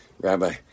Rabbi